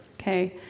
Okay